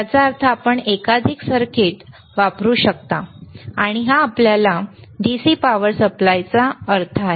याचा अर्थ आपण एकाधिक सर्किट वापरू शकता आणि हा आपल्या DC पॉवर सप्लायचा अर्थ आहे